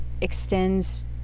extends